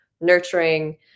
nurturing